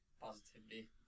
Positivity